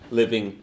living